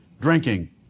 drinking